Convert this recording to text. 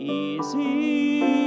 easy